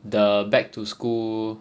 the back to school